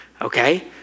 Okay